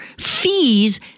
fees